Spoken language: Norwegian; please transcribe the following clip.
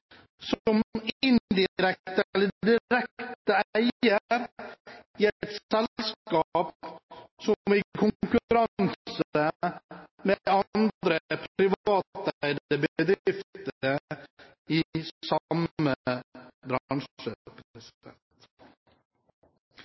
som indirekte eller direkte eier i et selskap som er i konkurranse med andre privateide bedrifter i